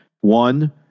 One